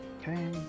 Okay